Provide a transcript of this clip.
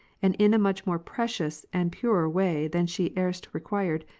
and in a much more precious and purer way than she erst required,